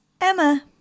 Emma